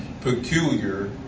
peculiar